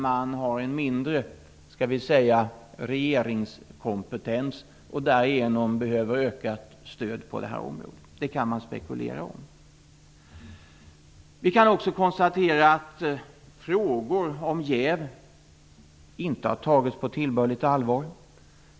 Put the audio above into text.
Man har kanske en mindre regeringskompetens och behöver därigenom ökat stöd på detta område. Det kan man spekulera om. Vi kan också konstatera att frågor om jäv inte har tagits på tillbörligt allvar.